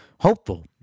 hopeful